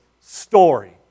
story